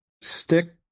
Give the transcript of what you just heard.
stick